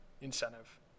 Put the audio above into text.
incentive